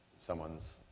someone's